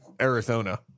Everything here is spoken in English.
Arizona